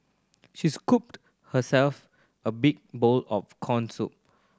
she scooped herself a big bowl of corn soup